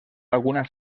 alguna